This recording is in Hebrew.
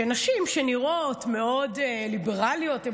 נשים שנראות ליברליות מאוד,